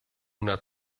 una